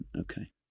Okay